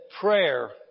Prayer